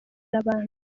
n’abandi